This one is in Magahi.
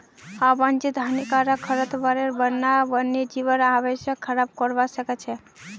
आवांछित हानिकारक खरपतवारेर बढ़ना वन्यजीवेर आवासक खराब करवा सख छ